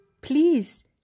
Please